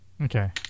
Okay